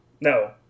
No